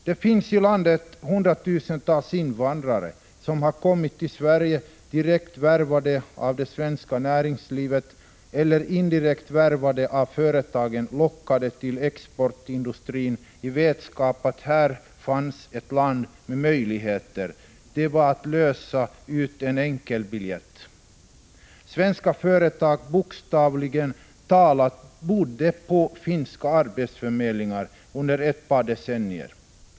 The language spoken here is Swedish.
Det finns i landet hundratusentals invandrare som har kommit till Sverige direkt värvade av det svenska näringslivet eller indirekt värvade av företagen, lockade till exportindustrin i vetskapen att här fanns ett land med möjligheter — det var bara att lösa ut en enkelbiljett. Svenska företag bokstavligt talat bodde på finska arbetsförmedlingar under ett par decennier.